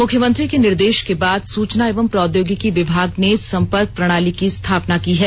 मुख्यमंत्री के निर्देश के बाद सुचना एवं प्रौद्योगिकी विभाग ने संपर्क प्रणाली की स्थापना की है